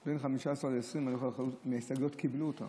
או בין 15% ל-20% מההסתייגויות, קיבלו אותן.